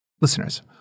Listeners